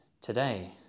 today